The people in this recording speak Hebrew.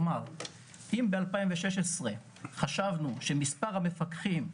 אם ב-2016 חשבנו שמספר המפקחים,